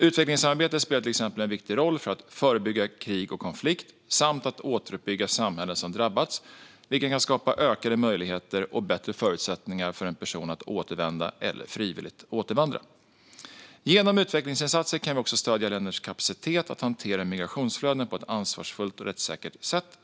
Utvecklingssamarbetet spelar till exempel en viktig roll för att förebygga krig och konflikt samt återuppbygga samhällen som drabbats, vilket kan skapa ökade möjligheter och bättre förutsättningar för personer att återvända eller frivilligt återvandra. Genom utvecklingsinsatser kan vi också stödja länders kapacitet att hantera migrationsflöden på ett ansvarsfullt och rättssäkert sätt.